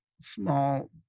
small